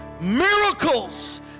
miracles